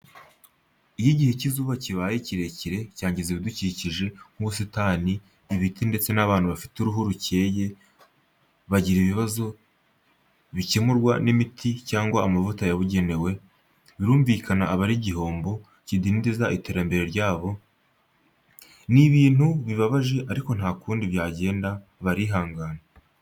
Iyo igihe cy'izuba kibaye kirekire cyangiza ibidukikije nk'ubusitani, ibiti ndetse n'abantu bafite uruhu rukeye bagira ibibazo bikemurwa n'imiti cyangwa amavuta yabugenewe, birumvikana aba ari igihombo, kidindiza iterambere ryabo. Ni ibintu bibabaje ariko nta kundi byagenda, barihangana.